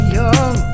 young